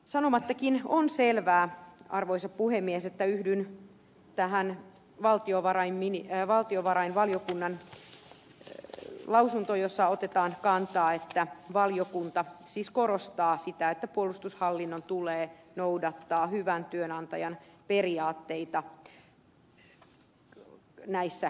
sanomattakin on selvää arvoisa puhemies että yhdyn tähän valtiovarainvaliokunnan lausuntoon jossa valiokunta siis korostaa sitä että puolustushallinnon tulee noudattaa hyvän työnantajan periaatteita näissä kumppanuushankkeissa